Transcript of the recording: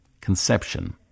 conception